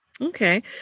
Okay